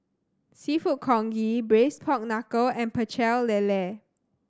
Seafood Congee Braised Pork Knuckle and Pecel Lele